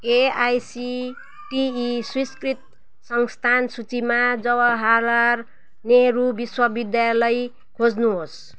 AICTE स्वीकृत संस्थान सूचीमा जवाहरलाल नेहरू विश्वविद्यालय खोज्नुहोस्